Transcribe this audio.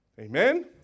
Amen